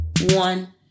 one